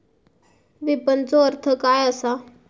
विपणनचो अर्थ काय असा?